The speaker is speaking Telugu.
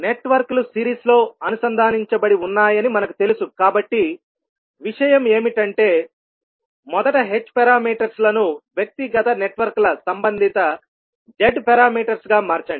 నెట్వర్క్లు సిరీస్లో అనుసంధానించబడి ఉన్నాయని మనకు తెలుసు కాబట్టి విషయం ఏమిటంటే మొదట h పారామీటర్స్ లను వ్యక్తిగత నెట్వర్క్ల సంబంధిత z పారామీటర్స్ గా మార్చండి